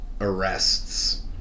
arrests